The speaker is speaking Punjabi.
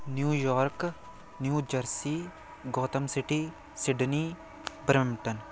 New York New Jersey Gotham City Sydney Brampton